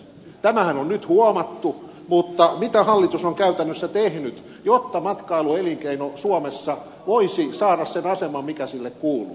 tämähän on nyt huomattu mutta mitä hallitus on käytännössä tehnyt jotta matkailuelinkeino suomessa voisi saada sen aseman mikä sille kuuluu